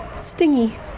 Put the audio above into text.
stingy